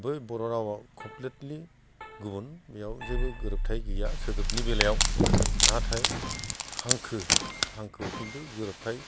बै बर' रावआव कमफ्लितलि गुबुन बेयाव जेबो गोरोबथाय गैया सोदोबनि बेलायाव नाथाय हांखो हांखोआव खिन्थु गोरोबथाय